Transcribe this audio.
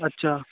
अच्छा